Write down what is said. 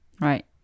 Right